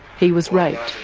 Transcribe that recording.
he was raped.